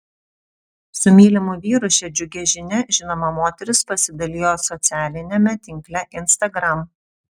su mylimu vyru šia džiugia žinia žinoma moteris pasidalijo socialiniame tinkle instagram